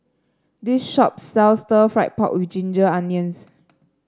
this shop sells Stir Fried Pork with Ginger Onions